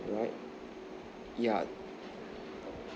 right yeah